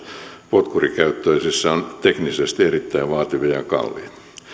potkurikäyttöisissä ovat teknisesti erittäin vaativia ja kalliita